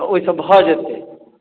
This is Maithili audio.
तऽ ओहिसऽ भऽ जेतै